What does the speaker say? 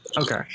Okay